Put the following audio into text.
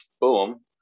boom